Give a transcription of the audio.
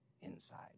inside